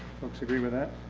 folks agree with that.